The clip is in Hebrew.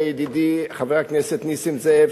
ידידי חבר הכנסת נסים זאב,